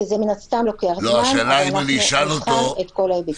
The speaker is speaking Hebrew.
כי זה מן הסתם לוקח זמן עד שנבחן את כל ההיבטים.